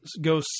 go